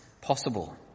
possible